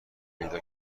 پیدا